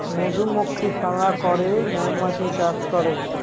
মধুমক্ষিশালা করে মৌমাছি চাষ করে